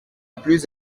plus